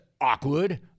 awkward